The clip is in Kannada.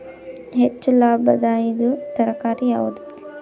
ಹೆಚ್ಚು ಲಾಭಾಯಿದುದು ತರಕಾರಿ ಯಾವಾದು?